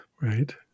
right